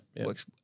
Works